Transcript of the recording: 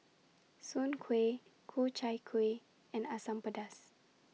Soon Kway Ku Chai Kueh and Asam Pedas